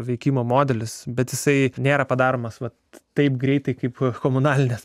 veikimo modelis bet jisai nėra padaromas vat taip greitai kaip komunalinės